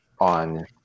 on